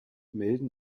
melden